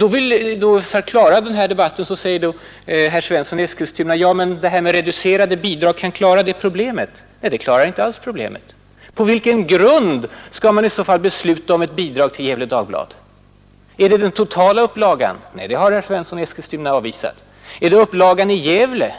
För att klara den här debatten säger herr Svensson i Eskilstuna att ”reducerade bidrag” kan lösa det problemet. Det löser inte alls problemet. På vilken grund skall man i så fall besluta om bidrag till Gefle Dagblad? Skall man gå efter den totala upplagan? Nej, det har herr Svensson i Eskilstuna avvisat. Är det upplagan i Gävle